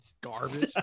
Garbage